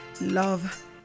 Love